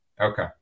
Okay